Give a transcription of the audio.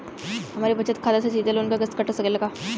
हमरे बचत खाते से सीधे लोन क किस्त कट सकेला का?